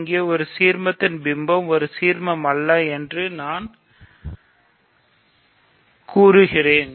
இங்கே ஒரு சீர்மத்தின் பிம்பம் ஒரு சீர்மமல்ல என்று நான் கூறுகிறேன்